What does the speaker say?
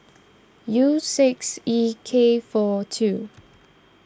U six E K four two